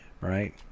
right